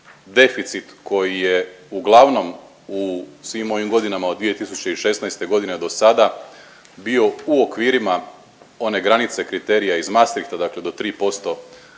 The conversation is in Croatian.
deficit koji je uglavnom u svim ovim godinama od 2016. godine do sada bio u okvirima one granice kriterija iz Maastrichta, dakle do 3%